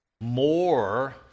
more